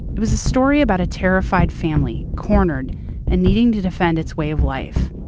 it was a story about a terrified family cornered and needing to defend its way of life.